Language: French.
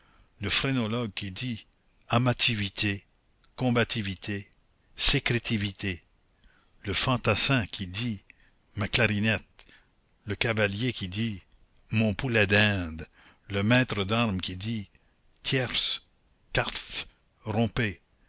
le phrénologue qui dit amativité combativité sécrétivité le fantassin qui dit ma clarinette le cavalier qui dit mon poulet d'inde le maître d'armes qui dit tierce quarte rompez